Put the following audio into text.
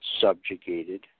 subjugated